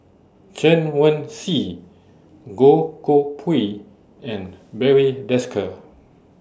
Chen Wen Hsi Goh Koh Pui and Barry Desker